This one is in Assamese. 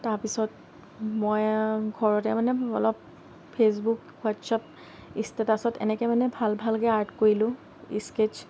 তাৰ পিছত মই ঘৰতে মানে অলপ ফেচবুক হোৱাটচআপ ষ্টেটাচত এনেকৈ মানে ভাল ভালকৈ আৰ্ট কৰিলোঁ স্কেটছ